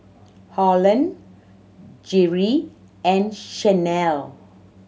Holland Jere and Shanell